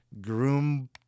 groom